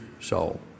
soul